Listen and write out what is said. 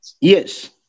Yes